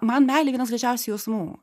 man meilė vienas gražiausių jausmų